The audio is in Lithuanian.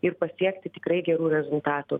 ir pasiekti tikrai gerų rezultatų